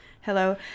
hello